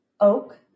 oak